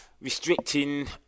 restricting